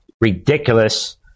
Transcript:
ridiculous